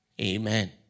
Amen